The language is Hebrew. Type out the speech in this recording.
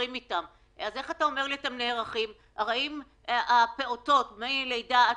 נושא נוסף שכואב לי מאוד זה נושא החינוך המיוחד.